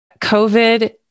COVID